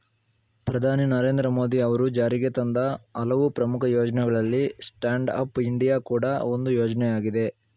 ಪ್ರಧಾನಿ ನರೇಂದ್ರ ಮೋದಿ ಅವರು ಜಾರಿಗೆತಂದ ಹಲವು ಪ್ರಮುಖ ಯೋಜ್ನಗಳಲ್ಲಿ ಸ್ಟ್ಯಾಂಡ್ ಅಪ್ ಇಂಡಿಯಾ ಕೂಡ ಒಂದು ಯೋಜ್ನಯಾಗಿದೆ